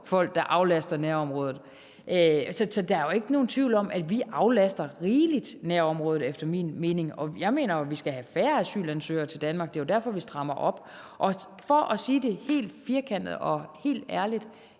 der aflaster nærområderne. Så der er jo ikke nogen tvivl om, at vi aflaster nærområderne rigeligt – efter min mening. Jeg mener jo, at vi skal have færre asylansøgere til Danmark. Det er jo derfor, at vi strammer op. For at sige det helt firkantet og helt ærligt: